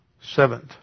Seventh